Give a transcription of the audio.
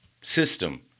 system